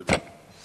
תודה.